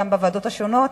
גם בוועדות השונות.